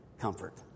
comfort